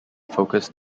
focused